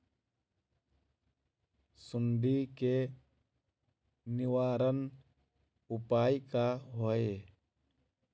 सुंडी के निवारण उपाय का होए?